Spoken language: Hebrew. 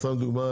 סתם דוגמה,